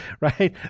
right